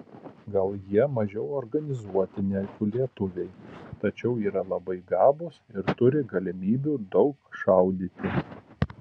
gal jie mažiau organizuoti negu lietuviai tačiau yra labai gabūs ir turi galimybių daug šaudyti